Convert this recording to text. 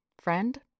Friend